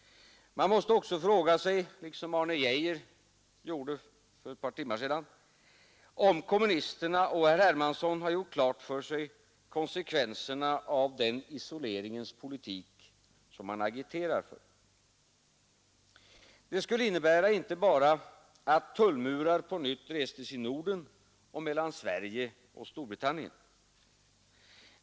Man måste också fråga sig, liksom Arne Geijer gjorde för ett par timmar sedan, om kommunisterna och herr Hermansson har gjort klart för sig konsekvenserna av den isoleringspolitik som de agiterar för. Det skulle innebära inte bara att tullmurar på nytt restes i Norden och mellan Sverige och Storbritannien.